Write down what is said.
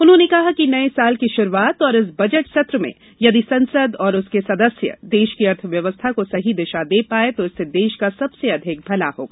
उन्होंने कहा कि नए साल की शुरूआत और इस बजट सत्र में यदि संसद और उसके सदस्य देश की अर्थव्यवस्था को सही दिशा दे पाएं तो इससे देश का सबसे अधिक भला होगा